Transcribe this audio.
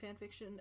fanfiction